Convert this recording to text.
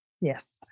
Yes